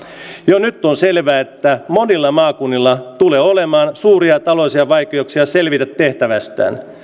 jo nyt on selvää että monilla maakunnilla tulee olemaan suuria taloudellisia vaikeuksia selvitä tehtävistään